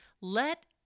Let